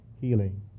healing